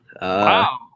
Wow